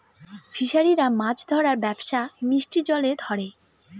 ফিসারিরা মাছ ধরার ব্যবসা মিষ্টি জলে করে